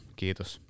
kiitos